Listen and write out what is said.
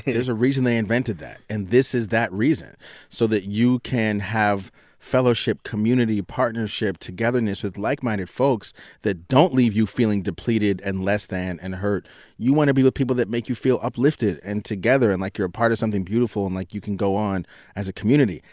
there's a reason they invented that, and this is that reason so that you can have fellowship, community, partnership, togetherness with like-minded folks that don't leave you feeling depleted and less than and hurt you want to be with people that make you feel uplifted and together and like you're a part of something beautiful and like you can go on as a community.